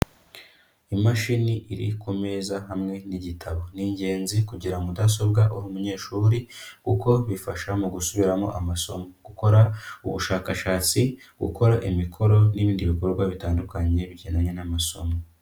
Imashini iri ku meza hamwe n'igitabo. Ni ingenzi kugira mudasobwa uri umunyeshuri kuko bifasha mu gusubiramo amasomo, gukora ubushakashatsi, gukora imikoro n'ibindi bikorwa bitandukanye bigendanye n'amasomo.